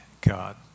God